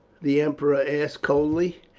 the emperor asked coldly.